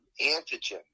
antigen